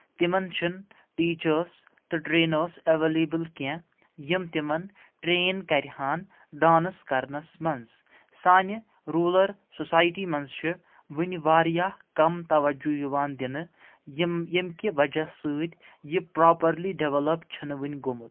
تِمن چھِنہٕ ٹیٖچٲرٕس تہٕ ٹرینٲرٕس ایویلیبٕل کینٛہہ یِم تِمن ٹرٛین کرِہن ڈانس کرنس منٛز سانہِ روٗلر سوسایٹی منٛز چھِ وٕنہِ واریاہ کم توجہ یِوان دِنہٕ یِم ییٚمہِ وجہ سۭتۍ یہِ پراپرلی ڈیولپ چھُنہٕ وٕنۍ گوٚمُت